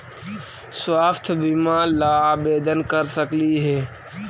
स्वास्थ्य बीमा ला आवेदन कर सकली हे?